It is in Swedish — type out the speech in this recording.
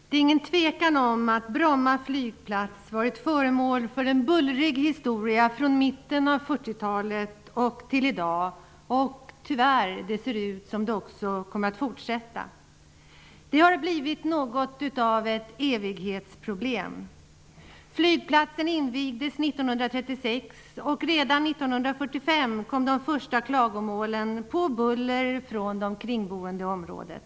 Herr talman! Det är ingen tvekan om att Bromma flygplats har varit föremål för en bullrig historia från mitten av 40-talet och fram till i dag. Tyvärr ser det ut som om det kommer att fortsätta. Det har blivit något av ett ''evighetsproblem''. Flygplatsen invigdes 1936, och redan 1945 kom de första klagomålen på buller från de kringboende i området.